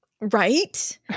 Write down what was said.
right